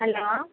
hello